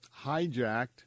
hijacked